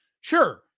Sure